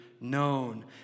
known